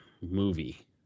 movie